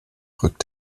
rückt